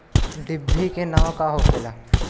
डिभी के नाव का होखेला?